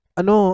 ano